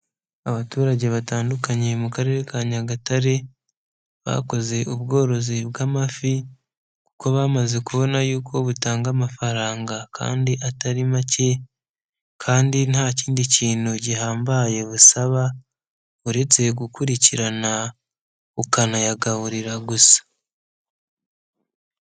Abaturage batandukanye mu karere ka Nyagatare bakoze ubworozi bw'amafi kuko bamaze kubona y'uko butanga amafaranga kandi atari make kandi nta kindi kintu gihambaye busaba uretse gukurikirana, ukanayagaburira gusa.